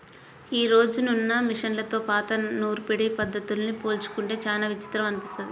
యీ రోజునున్న మిషన్లతో పాత నూర్పిడి పద్ధతుల్ని పోల్చుకుంటే చానా విచిత్రం అనిపిస్తది